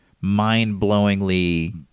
mind-blowingly